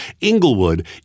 Inglewood